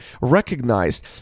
recognized